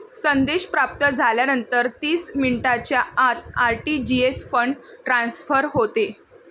संदेश प्राप्त झाल्यानंतर तीस मिनिटांच्या आत आर.टी.जी.एस फंड ट्रान्सफर होते